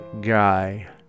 guy